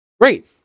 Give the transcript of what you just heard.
Great